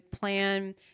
plan